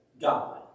God